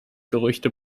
gerüchte